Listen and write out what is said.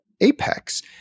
Apex